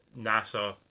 nasa